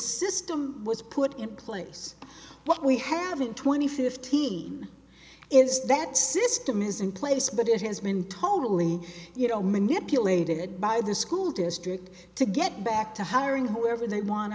system was put in place what we have in twenty fifteen is that system is in place but it has been totally you know manipulated by the school district to get back to hiring whoever they want to